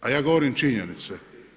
A ja govorim činjenice.